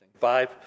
five